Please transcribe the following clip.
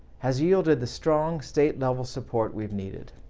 has yielded the strong state level support we've needed.